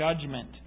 judgment